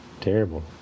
Terrible